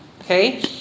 okay